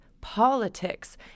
politics